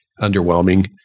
underwhelming